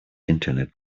internet